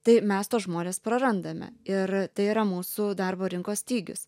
tai mes tuos žmones prarandame ir tai yra mūsų darbo rinkos stygius